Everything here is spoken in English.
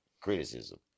criticism